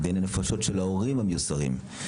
דיני נפשות של ההורים המיוסרים.